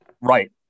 right